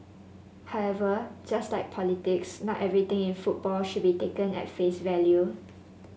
however just like politics not everything in football should be taken at face value